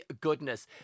goodness